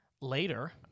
later